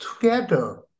together